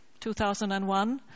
2001